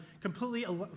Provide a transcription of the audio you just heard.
completely